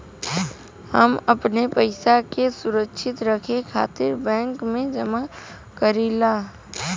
हम अपने पइसा के सुरक्षित रखे खातिर बैंक में जमा करीला